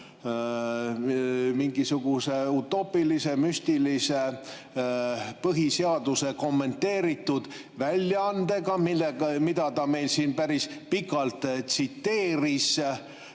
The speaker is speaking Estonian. mingisuguse utoopilise, müstilise põhiseaduse kommenteeritud väljaandega, mida ta meile siin päris pikalt tsiteeris.